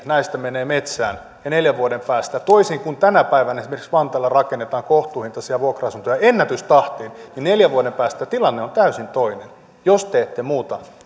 näistä menee metsään ja neljän vuoden päästä toisin kuin tänä päivänä esimerkiksi vantaalla missä rakennetaan kohtuuhintaisia vuokra asuntoja ennätystahtiin tilanne on täysin toinen jos te ette muuta